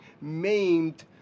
maimed